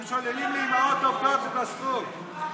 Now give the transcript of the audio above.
אתם שוללים מאימהות עובדות את הזכות.